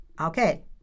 Okay